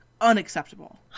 Unacceptable